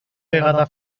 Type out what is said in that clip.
vegada